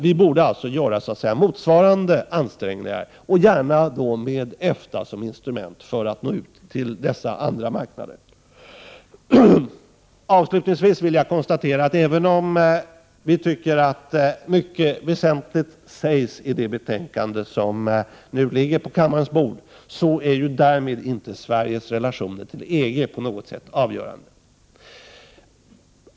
Vi borde göra motsvarande ansträngningar, gärna med EFTA som instrument, för att nå ut till dessa andra marknader. Avslutningsvis vill jag konstatera att även om vi tycker att mycket väsentligt sägs i det betänkande som nu ligger på kammarens bord så är ju därmed inte Sveriges relationer till EG på något sätt avgjorda.